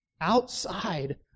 outside